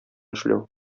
эшләү